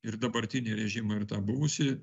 ir dabartinį režimą ir tą buvusį